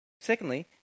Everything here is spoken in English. Secondly